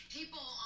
People